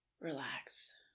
relax